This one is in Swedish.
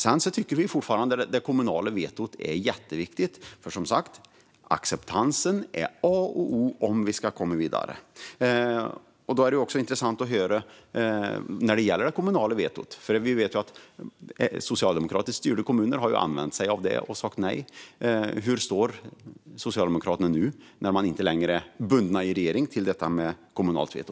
Vi tycker fortfarande att det kommunala vetot är jätteviktigt, för som sagt: Acceptansen är A och O om vi ska komma vidare. När det gäller det kommunala vetot vore det intressant att få veta hur det är med detta, för vi vet ju att socialdemokratiskt styrda kommuner har använt sig av det och sagt nej. Hur ställer sig Socialdemokraterna nu, när man inte längre är bunden i regering, till frågan om kommunalt veto?